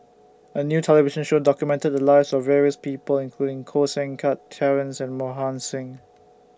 A New television Show documented The Lives of various People including Koh Seng Kiat Terence and Mohan Singh